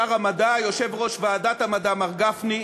שר המדע, יושב-ראש ועדת המדע, מר גפני,